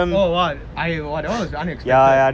oh !wah! I was that [one] was unexpected